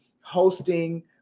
hosting